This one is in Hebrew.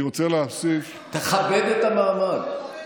אני רוצה להוסיף, תכבד את המעמד.